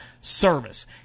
service